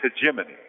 hegemony